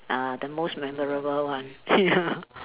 are the most memorable one ya